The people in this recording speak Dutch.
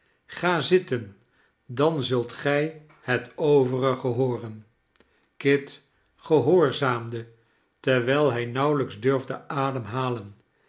ga zitten dan zult gij het overige hooren kit gehoorzaamde terwijlhij nauwelijksdurfde ademhalen